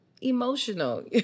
emotional